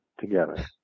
together